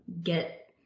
get